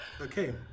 Okay